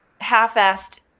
half-assed